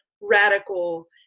radical